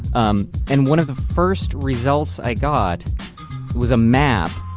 um and one of the first results i got was a map,